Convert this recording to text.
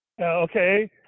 Okay